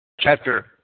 chapter